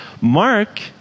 Mark